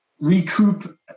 Recoup